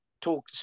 talk